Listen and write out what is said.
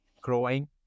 growing